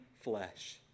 flesh